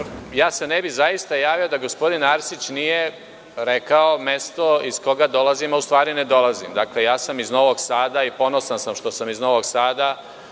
se ne bih javio da gospodin Arsić nije rekao mesto iz koga dolazim, a u stvari ne dolazim. Dakle, ja sam iz Novog Sada i ponosan sam što sam iz Novog Sada,